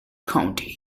county